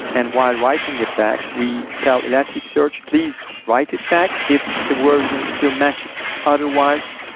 and while writing it back, we tell elasticsearch, please write it back if the version still matches. otherwise,